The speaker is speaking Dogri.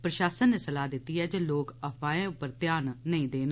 प्रशासन नै सलाह् दित्ती ऐ जे लोक अफवाहें उप्पर ध्यान नेई देन